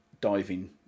diving